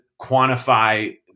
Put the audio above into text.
quantify